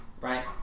right